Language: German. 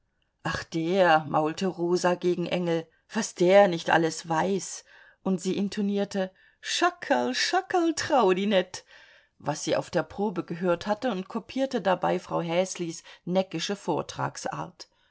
ach der maulte rosa gegen engel was der nicht alles weiß und sie intonierte schackerl schackerl trau di net was sie auf der probe gehört hatte und kopierte dabei frau häslis neckische